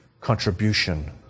contribution